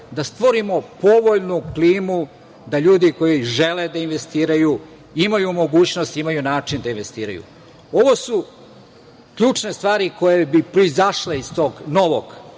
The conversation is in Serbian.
da stvorimo povoljnu klimu da ljudi koji žele da investiraju imaju mogućnosti, način da investiraju. Ovo su ključne stvari koje bi proizašle iz tog novog